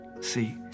See